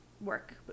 work